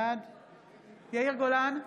בעד יאיר גולן,